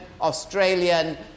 Australian